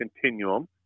continuum